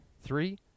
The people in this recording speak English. Three